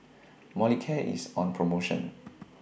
Molicare IS on promotion